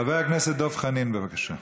חבר הכנסת דב חנין, בבקשה.